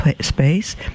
space